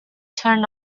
turned